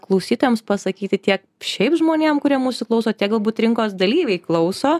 klausytojams pasakyti tiek šiaip žmonėm kurie mūsų klauso tiek galbūt rinkos dalyviai klauso